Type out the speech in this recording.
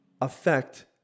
affect